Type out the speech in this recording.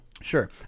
sure